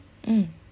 mm